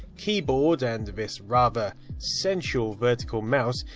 keyboard and this rather sensual vertical mouse,